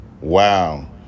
wow